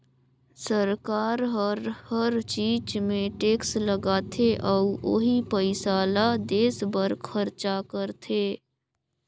सरकार हर हर चीच मे टेक्स लगाथे अउ ओही पइसा ल देस बर खरचा करथे